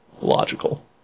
logical